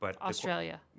Australia